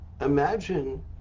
imagine